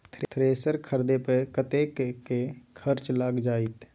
Thresher खरीदे पर कतेक खर्च लाईग जाईत?